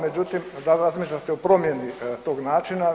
Međutim, da li razmišljate o promjeni tog načina?